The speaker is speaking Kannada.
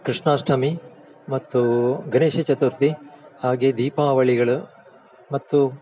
ಕೃಷ್ಣಾಷ್ಟಮಿ ಮತ್ತು ಗಣೇಶ ಚತುರ್ಥಿ ಹಾಗೇ ದೀಪಾವಳಿಗಳು ಮತ್ತು